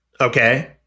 Okay